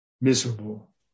miserable